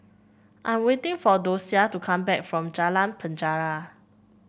I'm waiting for Dosia to come back from Jalan Penjara